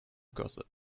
gossip